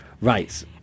Right